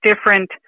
different